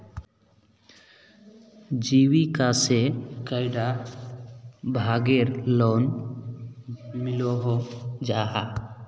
जीविका से कैडा भागेर लोन मिलोहो जाहा?